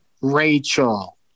Rachel